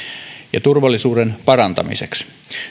ja turvallisuuden parantamiseksi